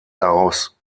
daraus